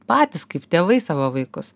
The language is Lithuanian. patys kaip tėvai savo vaikus